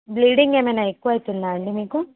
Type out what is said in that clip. bleeding ఏమైన ఎక్కువ అవుతుందా అండి మీకు